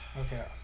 okay